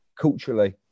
culturally